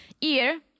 ear